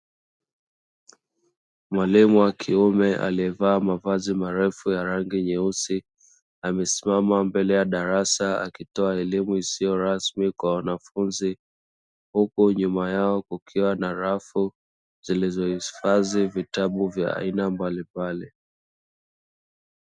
Mwalimu wa kiume aliyevaa mavazi marefu ya rangi nyeusi amesimama mbele ya darasa akitoa elimu isiyo rasmi kwa wanafunzi, huko nyuma yao kukiwa na rafu zilizohifadhi vitabu vya aina mbalimbali.